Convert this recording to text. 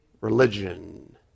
religion